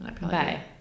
Bye